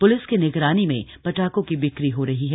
police की निगरानी में पटाखों की बिक्री हो रही है